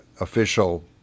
official